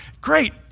great